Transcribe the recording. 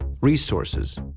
resources